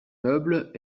meubles